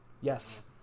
Yes